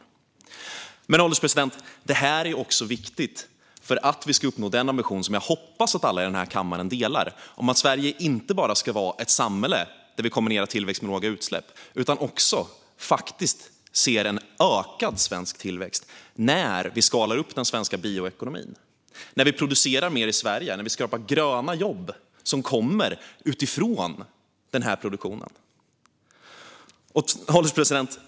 Men, herr ålderspresident, det är också viktigt för att vi ska nå den ambition som jag hoppas att alla i kammaren har: Sverige ska inte bara vara ett samhälle där vi kombinerar tillväxt med låga utsläpp, utan vi ska faktiskt också se en ökad svensk tillväxt när vi skalar upp den svenska bioekonomin, när vi producerar mer i Sverige och skapar gröna jobb som kommer från den produktionen. Herr ålderspresident!